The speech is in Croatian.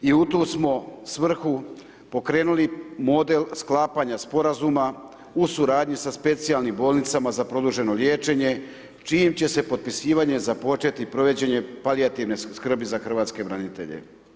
I u tu smo svrhu pokrenuli model sklapanja sporazuma u suradnji sa specijalnim bolnicama za produženo liječenje čijim će se potpisivanjem započeti provođenje palijativne skrbi za hrvatske branitelje.